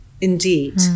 indeed